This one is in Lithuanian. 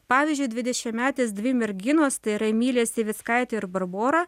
pavyzdžiui dvidešimtmetės dvi merginos tai yra emilė sivickaitė ir barbora